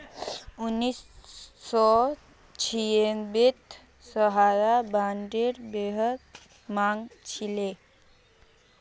उन्नीस सौ छियांबेत सहारा बॉन्डेर बेहद मांग छिले